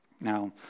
Now